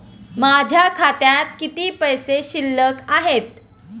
माझ्या खात्यात किती पैसे शिल्लक आहेत?